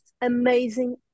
amazing